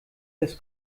des